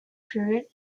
period